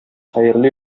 хәерле